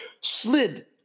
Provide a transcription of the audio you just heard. slid